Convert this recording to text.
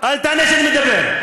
אל תענה כשאני מדבר.